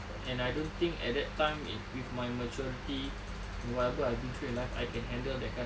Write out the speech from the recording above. and I don't think at that time in with my maturity whatever I've been through in life I can handle that kind of